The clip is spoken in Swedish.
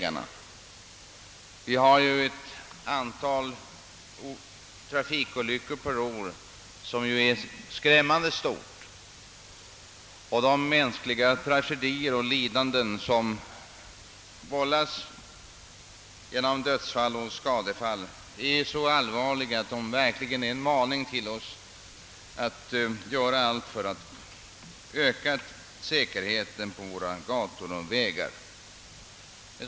Antalet trafikolyckor per år är ju skrämmande stort, och de mänskliga tragedier och lidanden som vållas genom dödsfall och skadefall är så allvarliga att de verkligen är en maning till oss att göra allt för att öka säkerheten på våra gator och vägar.